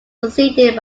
succeeded